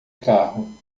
carro